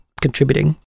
contributing